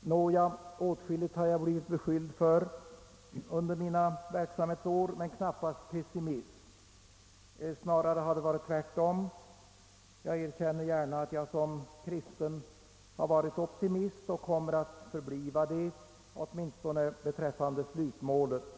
Nåja, åtskilligt har jag blivit beskylld för under mina verksamhetsår men knappast pessimism. Snarare har det varit tvärtom. Jag erkänner gärna att jag som kristen har varit optimist och kommer att förbliva det, åtminstone beträffande slutmålet.